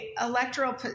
electoral